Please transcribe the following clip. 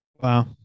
Wow